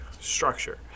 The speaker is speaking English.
structure